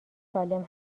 سالم